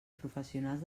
professionals